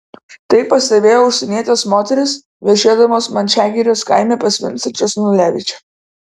tai pastebėjo užsienietės moterys viešėdamos mančiagirės kaime pas vincą česnulevičių